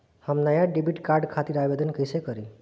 हम नया debit card खातिर आवेदन कईसे करी?